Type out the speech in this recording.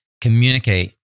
communicate